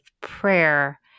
prayer